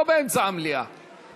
לא באמצע המליאה.